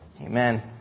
Amen